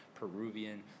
Peruvian